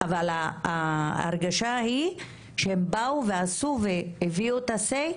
אבל ההרגשה היא שהם באו ועשו והביאו את ה-say,